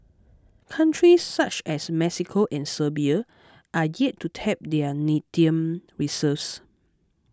countries such as Mexico and Serbia are yet to tap their lithium reserves